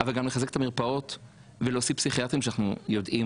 אבל גם לחזק את המרפאות ולהוסיף פסיכיאטרים שאנחנו יודעים